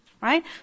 Right